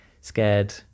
scared